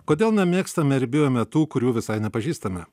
kodėl nemėgstame ir bijome tų kurių visai nepažįstame